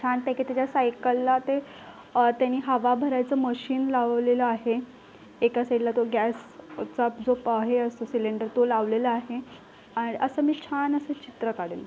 छानपैकी त्याच्या सायकलला ते त्यानी हवा भरायचं मशीन लावलेलं आहे एका साइडला तो गॅस चा जो प हे असतो सिलेंडर तो लावलेला आहे असं मी छान असं चित्र काढेन